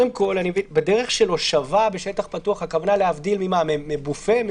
בדרך שדל הושבה בשטח פתוח, הכוונה להבדיל מ-בופה?